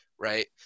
Right